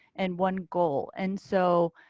and one goal. and so